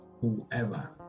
whoever